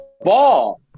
ball